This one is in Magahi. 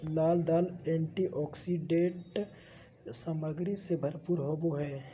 लाल दाल एंटीऑक्सीडेंट सामग्री से भरपूर होबो हइ